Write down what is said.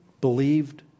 believed